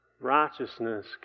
righteousness